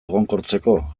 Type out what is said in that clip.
egonkortzeko